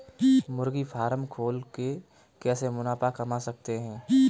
मुर्गी फार्म खोल के कैसे मुनाफा कमा सकते हैं?